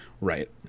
Right